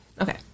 Okay